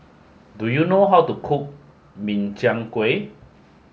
do you know how to cook Min Chiang Kueh